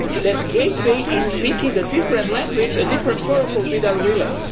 that gateway is speaking a different language, a different protocol with our relay.